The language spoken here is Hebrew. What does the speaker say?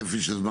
צפי של זמן?